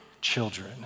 children